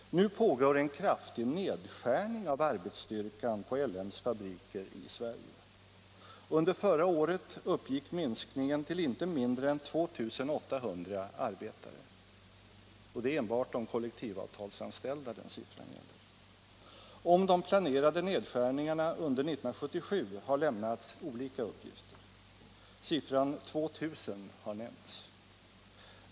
Nu pågår en kraftig — port och industriutnedskärning av arbetsstyrkan på L M Ericssons fabriker i Sverige. Under = flyttning förra året uppgick minskningen till inte mindre än 2 800 arbetare, och den siffran gäller endast de kollektivavtalsanställda. Om de planerade nedskärningarna under 1977 har det lämnats olika uppgifter. Siffran 2 000 har nämnts.